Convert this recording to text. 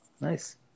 nice